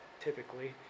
typically